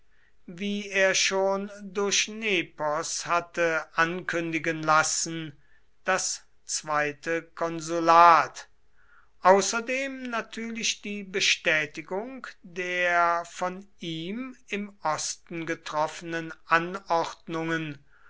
wie er schon durch nepos hatte ankündigen lassen das zweite konsulat außerdem natürlich die bestätigung der vor ihm im osten getroffenen anordnungen